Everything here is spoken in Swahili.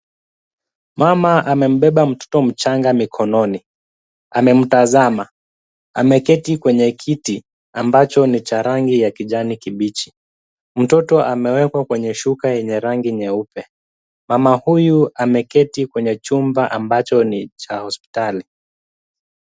Mama amembeba mtoto mchanga mikononi, amemtazama, ameketi kwenye kiti ambacho ni cha rangi ya Kijani kibichi. Mtoto amewekwa kwenye shuka yenye rangi nyeupe mama huyu ameketi chumba ambacho ni cha hospitali.